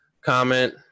comment